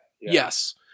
Yes